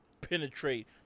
penetrate